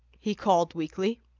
he called weakly.